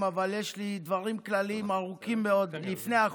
מי שיציג את הצעת